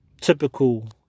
Typical